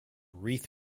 wreath